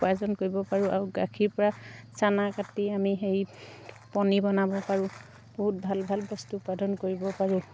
উপাৰ্জন কৰিব পাৰোঁ আৰু গাখীৰ পৰা চানা কাটি আমি হেৰি পনীৰ বনাব পাৰোঁ বহুত ভাল ভাল বস্তু বস্তু উৎপাদন কৰিব পাৰোঁ